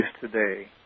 today